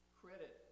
credit